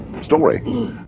Story